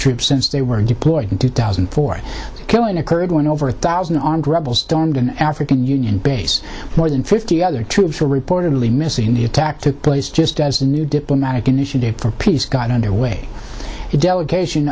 troops since they were deployed in two thousand and four killing occurred when over a thousand armed rebels stormed an african union base more than fifty other troops were reportedly missing in the attack took place just as a new diplomatic initiative for peace got underway delegation